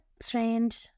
strange